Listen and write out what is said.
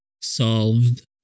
solved